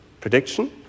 prediction